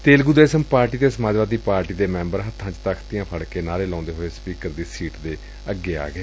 Telugu Desam party ਅਤੇ Samajwadi party ਦੇ member ਹੱਬਾ ਚ ਤਖ਼ਤੀਆ ਫੜ ਕੇ ਨਾਹਰੇ ਲਾਉਦੇ ਹੋਏ ਸਪੀਕਰ ਦੀ ਸੀਟ ਅੱਗੇ ਆ ਗਏ